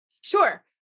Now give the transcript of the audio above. Sure